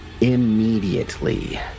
immediately